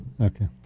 okay